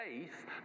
faith